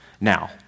Now